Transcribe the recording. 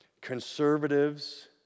Conservatives